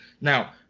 Now